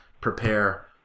prepare